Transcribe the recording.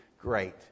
great